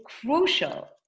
crucial